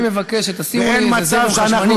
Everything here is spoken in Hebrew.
אני מבקש שתשימו לי איזה זרם חשמלי